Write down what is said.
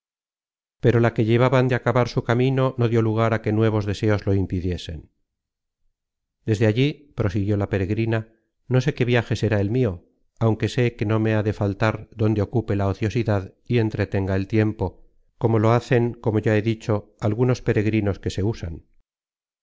pero la que llevaban de acabar su camino no dió lugar á que nuevos deseos lo impidiesen desde allí prosiguió la peregrina no sé qué viaje será el mio aunque sé que no mem las content from google book search generated at me ha de faltar dónde ocupe la ociosidad y entretenga el tiempo como lo hacen como ya he dicho algunos peregrinos que se usan